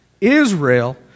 Israel